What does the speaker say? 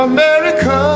America